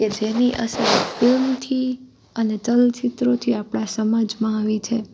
કે જેની અસર ફિલ્મથી અને ચલચિત્રોથી આપણા સમાજમાં આવી છે